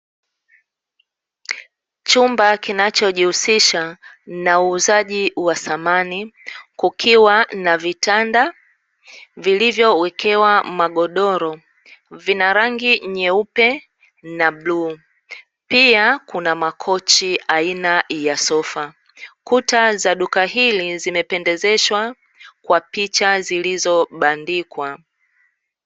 Chumba kinachohusika na uuzaji wa samani kukuwa na vitanda vilivyowekewa magodoro vina rangi nyeupe na bluu, pia kuna makochi aina ya sofa, kuta za duka zimependezeshwa kwa picha zilizobandikwa.